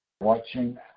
watching